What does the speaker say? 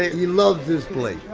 he loves this place